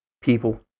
people